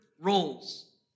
roles